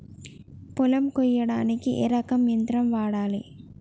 పొలం కొయ్యడానికి ఏ రకం యంత్రం వాడాలి?